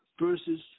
versus